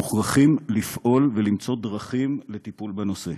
מוכרחים לפעול ולמצוא דרכים לטיפול בנושא,